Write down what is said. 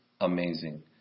amazing